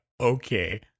okay